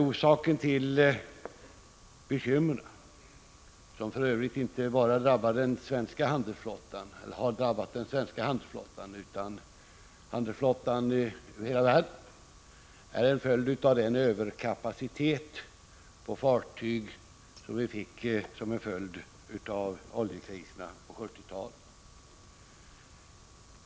Orsaken till bekymren, som för övrigt inte drabbat bara den svenska handelsflottan utan handelsflottan över hela världen, är den överkapacitet i fråga om fartyg som blev en följd av oljekriserna på 1970-talet.